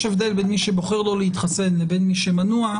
יש הבדל בין מי שבוחר לא להתחתן לבין מי שמנוע.